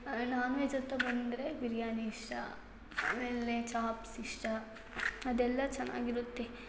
ನಾನ್ veg ಅಂತ ಬಂದರೆ ಬಿರ್ಯಾನಿ ಇಷ್ಟ ಆಮೇಲೆ ಚಾಪ್ಸ್ ಇಷ್ಟ ಅದೆಲ್ಲ ಚೆನ್ನಾಗಿರುತ್ತೆ